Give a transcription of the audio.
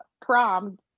prom